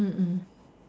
mm mm